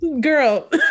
Girl